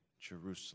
Jerusalem